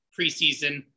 preseason